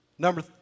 Number